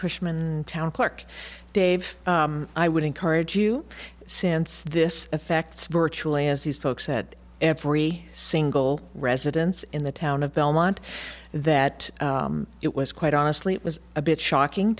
cushman town clerk dave i would encourage you since this affects virtually as these folks at every single residence in the town of belmont that it was quite honestly it was a bit shocking